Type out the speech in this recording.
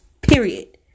period